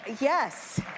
Yes